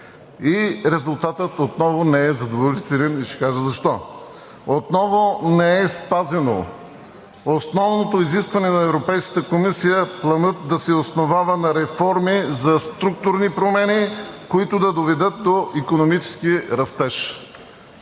Резултатът отново не е задоволителен и ще кажа защо. Отново не е спазено основното изискване на Европейската комисия Планът да се основава на реформи за структурни промени, които да доведат до икономически растеж.